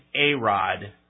A-Rod